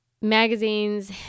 magazines